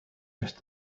just